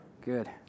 Good